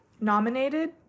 nominated